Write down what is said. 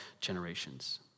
generations